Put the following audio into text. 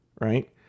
right